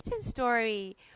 story